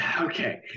Okay